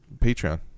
patreon